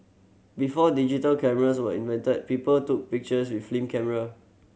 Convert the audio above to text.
before digital cameras were invented people took pictures with film camera